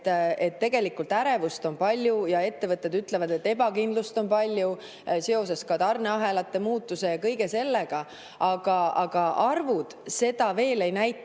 et tegelikult ärevust on palju. Ettevõtted ütlevad, et ebakindlust on palju seoses ka tarneahelate muutuse ja kõige sellega. Aga arvud seda veel ei näita.